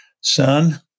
Son